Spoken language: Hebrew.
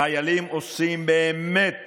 החיילים עושים באמת